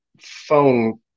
phone